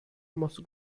must